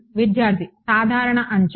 విద్యార్థి సాధారణ అంచు మరియు